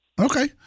Okay